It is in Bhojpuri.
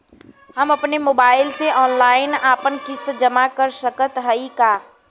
हम अपने मोबाइल से ऑनलाइन आपन किस्त जमा कर सकत हई का?